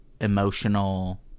Emotional